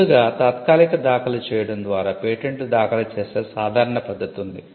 ముందుగా తాత్కాలిక దాఖలు చేయడం ద్వారా పేటెంట్లు దాఖలు చేసే సాధారణ పద్ధతి ఉంది